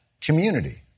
community